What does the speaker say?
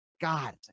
God